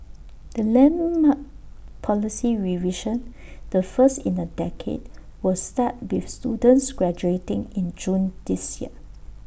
the landmark policy revision the first in A decade will start with students graduating in June this year